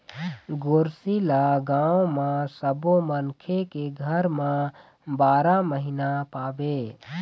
गोरसी ल गाँव म सब्बो मनखे के घर म बारा महिना पाबे